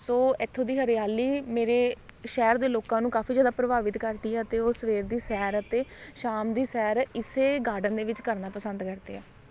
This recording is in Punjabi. ਸੋ ਇੱਥੋਂ ਦੀ ਹਰਿਆਲੀ ਮੇਰੇ ਸ਼ਹਿਰ ਦੇ ਲੋਕਾਂ ਨੂੰ ਕਾਫੀ ਜ਼ਿਆਦਾ ਪ੍ਰਭਾਵਿਤ ਕਰਦੀ ਆ ਅਤੇ ਉਹ ਸਵੇਰ ਦੀ ਸੈਰ ਅਤੇ ਸ਼ਾਮ ਦੀ ਸੈਰ ਇਸੇ ਗਾਰਡਨ ਦੇ ਵਿੱਚ ਕਰਨਾ ਪਸੰਦ ਕਰਦੇ ਹੈ